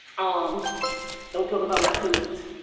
um don't talk about my tools.